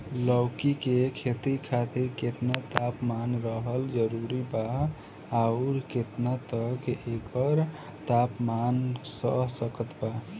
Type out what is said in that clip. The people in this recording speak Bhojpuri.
लौकी के खेती खातिर केतना तापमान रहल जरूरी बा आउर केतना तक एकर तापमान सह सकत बा?